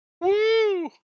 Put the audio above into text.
Woo